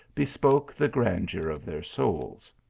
bespoke the grandeur of their souls.